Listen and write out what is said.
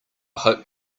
hope